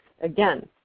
again